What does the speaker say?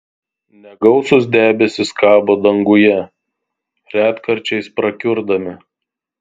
negausūs debesys kabo danguje retkarčiais prakiurdami